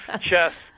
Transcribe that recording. Chess